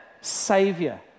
Savior